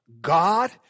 God